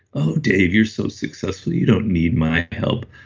oh dave you're so successful, you don't need my help.